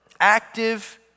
active